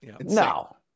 No